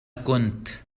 كنت